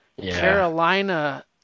Carolina